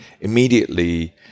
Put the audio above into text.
immediately